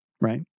right